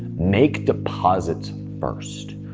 make deposits first.